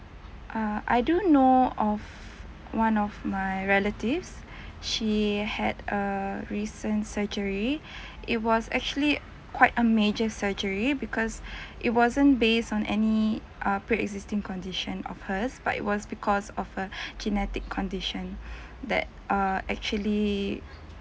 uh I do know of one of my relatives she had a recent surgery it was actually quite a major surgery because it wasn't based on any uh pre-existing condition of hers but it was because of her genetic condition that err actually